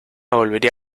volvería